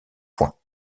points